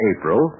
April